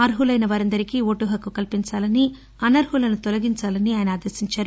అర్హులైన వారందరికీ ఓటు హక్కు కల్పించాలని అనర్హులను తొలగించాలని ఆయన ఆదేశించారు